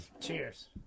Cheers